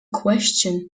question